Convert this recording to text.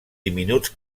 diminuts